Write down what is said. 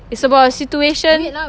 it's about a situation